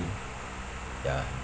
ya